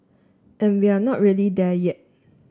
and we're not really there yet